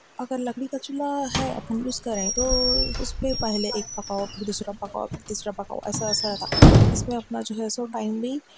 اگر لکڑی کا چولہا ہے اپن یوز کریں تو اس پہ پہلے ایک پکاؤ پھر دوسرا پکاؤ پھر تیسرا پکاؤ ایسا ایسا رہتا اس میں اپنا جو ہے سو ٹائم بھی